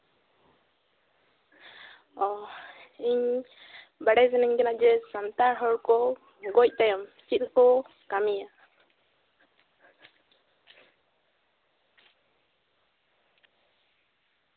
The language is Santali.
ᱚ ᱤᱧ ᱵᱟᱰᱟᱭ ᱥᱟᱱᱟᱧ ᱠᱟᱱᱟ ᱡᱮ ᱥᱟᱱᱛᱟᱲ ᱦᱚᱲ ᱠᱚ ᱜᱚᱡ ᱛᱟᱭᱚᱢ ᱪᱮᱫ ᱠᱚᱠᱚ ᱠᱟᱹᱢᱤᱭᱟ